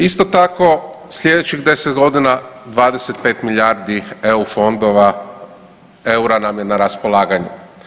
Isto tako, slijedećih 10 godina 25 milijardi EU fondova EUR-a nam je na raspolaganju.